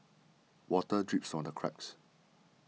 water drips from the cracks